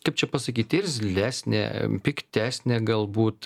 kaip čia pasakyt irzlesnė piktesnė galbūt